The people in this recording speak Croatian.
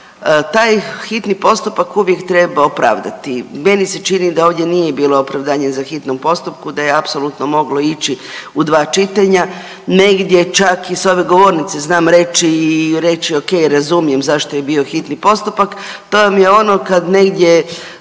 taj hitni postupak uvijek treba opravdati. Meni se čini da ovdje nije bilo opravdanje za hitnom postupku, da je apsolutno moglo ići u dva čitanja. Negdje čak i sa ove govornice znam reći i reći ok, razumijem zašto je bio hitni postupak. To vam je ono kad negdje